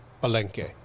Palenque